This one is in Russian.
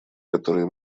которые